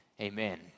Amen